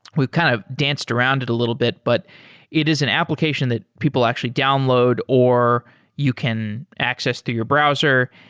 we kind of danced around it a little bit, but it is an application that people actually download or you can access to your browser,